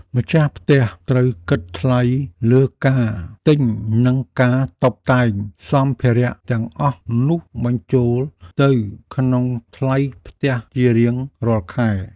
ម្ចាស់ផ្ទះត្រូវគិតថ្លៃលើការទិញនិងការតុបតែងសម្ភារៈទាំងអស់នោះបញ្ចូលទៅក្នុងថ្លៃផ្ទះជារៀងរាល់ខែ។